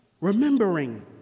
remembering